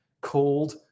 called